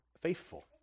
faithful